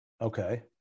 okay